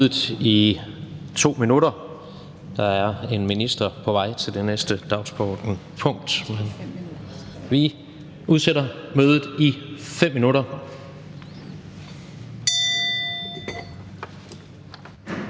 mødet i 5 minutter. Der er en minister på vej til det næste dagsordenspunkt. Mødet er udsat.